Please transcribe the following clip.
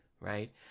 right